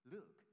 Look